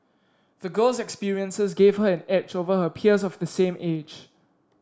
the girl's experiences gave her an edge over her peers of the same age